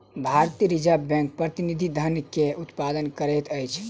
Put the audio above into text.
भारतीय reserve bank प्रतिनिधि धन के उत्पादन करैत अछि